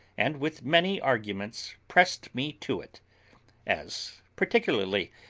and with many arguments pressed me to it as, particularly,